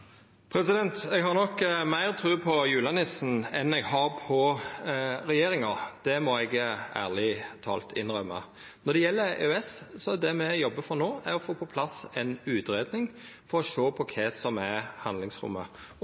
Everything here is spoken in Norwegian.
Eg har nok meir tru på julenissen enn eg har på regjeringa – det må eg ærleg tala innrømma. Når det gjeld EØS, er det me jobbar for no, å få på plass ei utgreiing for å sjå på kva som er handlingsrommet.